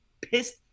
pissed